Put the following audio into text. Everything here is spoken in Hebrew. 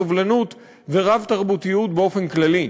סובלנות ורב-תרבותיות באופן כללי,